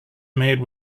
made